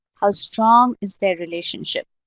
how strong is their relationship.